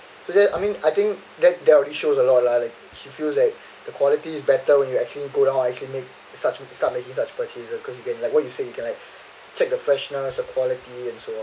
so that I mean I think that that already shows a lot lah like she feels like the quality is better when you actually go down actually make such to start making such purchases cause you can like what you say you can I check the freshness the quality and so on